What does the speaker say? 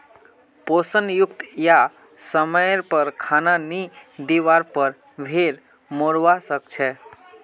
पोषण युक्त या समयर पर खाना नी दिवार पर भेड़ मोरवा सकछे